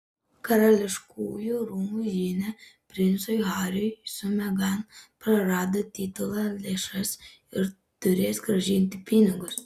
karališkųjų rūmų žinia princui hariui su megan prarado titulą lėšas ir turės grąžinti pinigus